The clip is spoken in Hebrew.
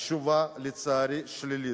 התשובה, לצערי, שלילית.